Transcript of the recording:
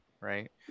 right